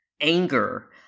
anger